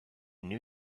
new